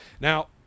Now